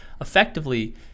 effectively